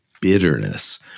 bitterness